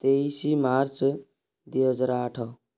ତେଇଶି ମାର୍ଚ୍ଚ ଦୁଇହଜାର ଆଠ